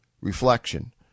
reflection